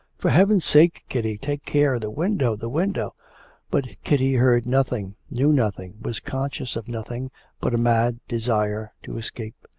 for heaven's sake, kitty, take care the window, the window but kitty heard nothing, knew nothing, was conscious of nothing but a mad desire to escape.